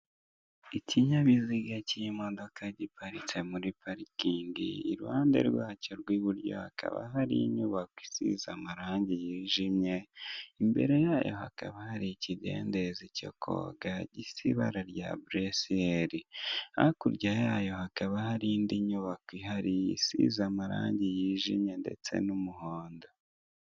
Ikinyabiziga cy'imodoka, giparitse muri parikingi, iruhande rwacyo rw'iburyo hakaba hari inyubako isize amarangi yijimye, imbere yayo hakaba hari ikidendezi cyo koga, gisa ibara rya buresiyeri. Hakurya yayo hakaba hari indi nyubako ihari isize amarangi yijimye ndetse n'umuhondo.